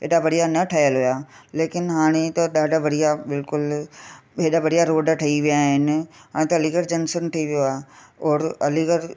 एॾा बढ़िया न ठहियल हुया लेकिन हाणे त ॾाढा बढ़िया बिल्कुलु अहिड़ा बढ़िया रोड ठही विया आहिनि हाणे त अलीगढ़ जंक्शन ठही वियो आहे और अलीगढ़